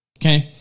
Okay